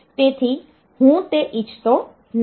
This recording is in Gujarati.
તેથી હું તે ઇચ્છતો નથી